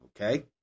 Okay